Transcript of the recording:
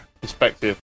perspective